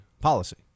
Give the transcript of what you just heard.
policy